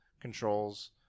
controls